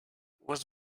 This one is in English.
was